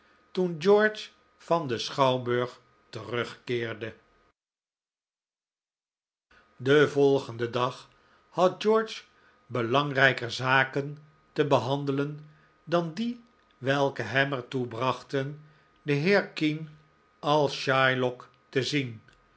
toen george van den schouwburg terugkeerde den volgenden dag had george belangrijker zaken te behandelen dan die welke hem er toe brachten den heer kean als shylock te zien